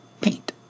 paint